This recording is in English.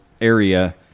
area